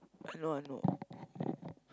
I know I know